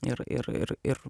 ir ir ir ir